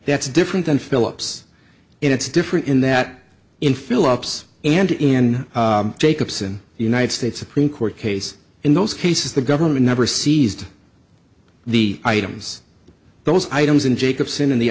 that's different than philips and it's different in that in philips and in jacobson united states supreme court case in those cases the government never seized the items those items in jacobson in the